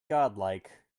godlike